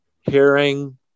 hearing